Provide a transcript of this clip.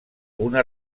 una